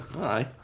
Aye